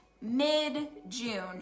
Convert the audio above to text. mid-June